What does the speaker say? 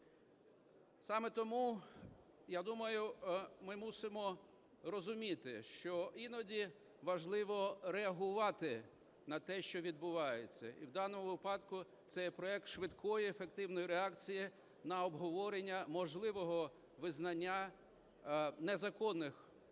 Саме тому, я думаю, ми мусимо розуміти, що іноді важливо реагувати на те, що відбувається, і в даному випадку це є проект швидкої ефективної реакції на обговорення можливого визнання незаконних утворень